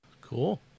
Cool